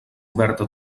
oberta